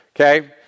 Okay